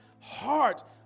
heart